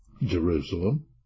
Jerusalem